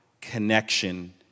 connection